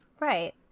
right